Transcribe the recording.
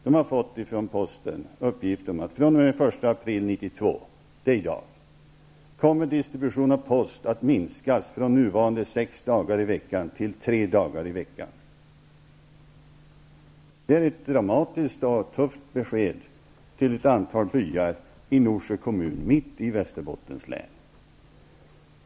Där har man fått uppgifter från posten om att fr.o.m. den 1 april 1992, det är i dag, kommer distributionen av post att minskas från nuvarade sex dagar i veckan till tre dagar i veckan. Det är ett dramatiskt och tufft besked till ett antal byar i Norsjö kommun mitt i Västerbottens län.